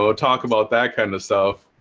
ah talk about that kind of stuff.